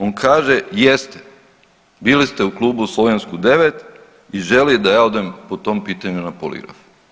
On kaže, jeste bili ste u klubu u Slovensku 9 i želi da ja odem po tom pitanju na poligraf.